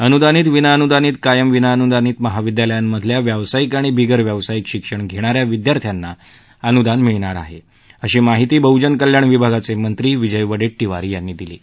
अनुदानित विनाअनुदानित कायम विनाअनुदानित महाविद्यालयांतल्या व्यावसायिक आणि बिगर व्यावसायिक शिक्षण घेणाऱ्या विद्यार्थ्यांनासुद्धा अनुदान मिळणार असल्याची माहिती बहुजन कल्याण विभागाचे मंत्री विजय वडेट्टीवार यांनी दिली आहे